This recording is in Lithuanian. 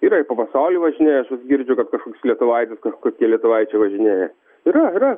yra ir po pasaulį važinėja girdžiu kad kažkoks lietuvaitis kažkokie lietuvaičiai važinėja yra yra